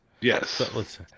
Yes